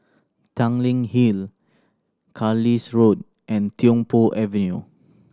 Tanglin Hill Road and Tiong Poh Avenue